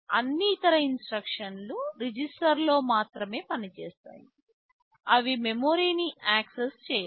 అన్ని ఇతర ఇన్స్ట్రక్షన్లు రిజిస్టర్లలో మాత్రమే పనిచేస్తాయి అవి మెమరీని యాక్సెస్ చేయవు